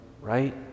right